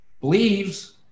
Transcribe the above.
believes